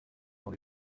dans